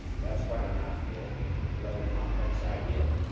that's quite a mouthful. it's a rather complex idea.